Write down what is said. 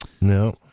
No